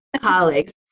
colleagues